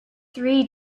three